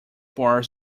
bars